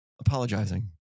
Apologizing